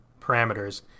parameters